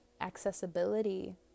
accessibility